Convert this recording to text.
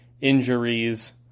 injuries